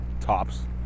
tops